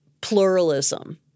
pluralism